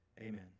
Amen